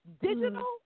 Digital